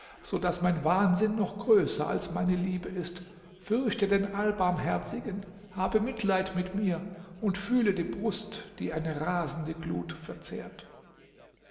so daß mein wahnsinn noch größer als meine liebe ist fürchte den allbarmherzigen habe mitleid mit mir und fühle die brust die eine rasende glut verzehrt